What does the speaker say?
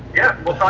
yeah. we'll